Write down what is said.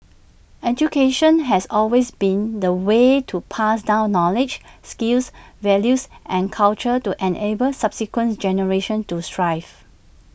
education has always been the way to pass down knowledge skills values and culture to enable subsequent generations to thrive